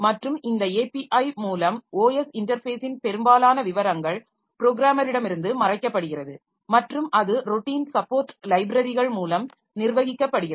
மற்றும் இந்த API மூலம் ஓஎஸ் இன்டர்ஃபேஸின் பெரும்பாலான விவரங்கள் ப்ரோகிராமரிடமிருந்து மறைக்கப்படுகிறது மற்றும் அது ரொட்டின் சப்போர்ட் லைப்ரரிகள் மூலம் நிர்வகிக்கப்படுகிறது